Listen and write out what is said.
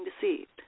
deceived